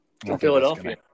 Philadelphia